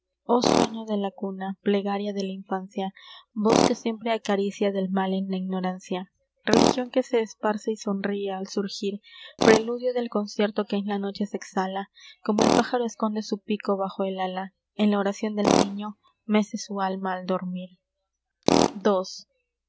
oh sueño de la cuna plegaria de la infancia voz que siempre acaricia del mal en la ignorancia religion que se esparce y sonrie al surgir preludio del concierto que en la noche se exhala como el pájaro esconde su pico bajo el ala en la oracion el niño mece su alma al dormir ii